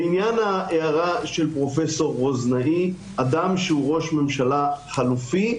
לעניין ההערה של פרופ' רוזנאי אדם שהוא ראש ממשלה חלופי,